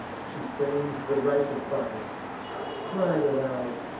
she feign'd the rites of bacchus cried aloud,